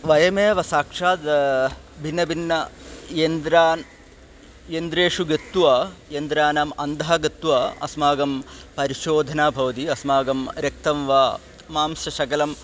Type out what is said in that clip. वयमेव साक्षाद् भिन्नभिन्नयन्त्रान् यन्त्रेषु गत्वा यन्त्राणाम् अन्तः गत्वा अस्माकं परिशोधनं भवति अस्माकं रेक्तं वा मांसशकलं